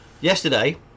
Yesterday